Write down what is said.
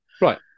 Right